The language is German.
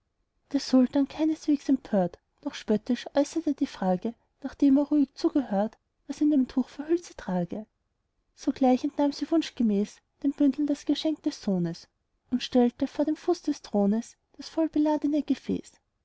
der sultan keineswegs empört noch spöttisch äußerte die frage nachdem er ruhig zugehört was in dem tuch verhüllt sie trage sogleich entnahm sie wunschgemäß dem bündel das geschenk des sohnes und stellte vor den fuß des thrones das vollbeladene gefäß